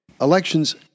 Elections